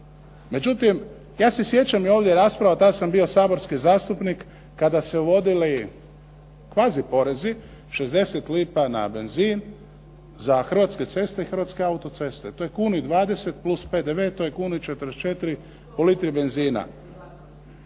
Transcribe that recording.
Međutim, ja se sjećam i ovdje rasprava, tad sam bio saborski zastupnik, kada su se uvodili kvazi porezi, 60 lipa na benzin za Hrvatske ceste i Hrvatske autoceste. To je kunu i 20 plus PDV, to je kunu i 44 po litri benzina.